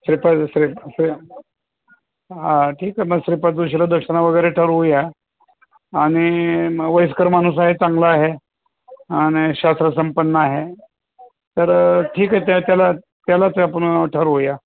श्रीपाद जोश्री श्री हां ठीक आहे मग श्रीपाद जोशीला दक्षिणा वगैरे ठरवूया आणि मग वयस्कर माणूस आहे चांगला आहे आणि शास्त्रसंपन्न आहे तर ठीक आहे त्या त्याला त्यालाच आपण ठरवूया